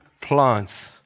plants